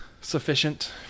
sufficient